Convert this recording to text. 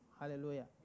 Hallelujah